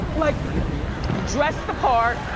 like dress the part,